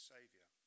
Saviour